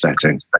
setting